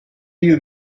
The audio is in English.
you